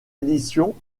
édition